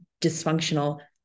dysfunctional